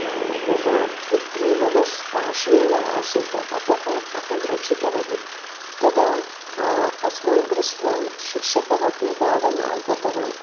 मम पुत्री मम पार्श्वे एव आसीत् अतः अहं रक्षितवती तदा अस्मान् दृष्ट्वा शिक्षकः अपि धावन् आगतवान्